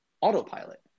autopilot